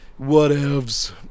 Whatevs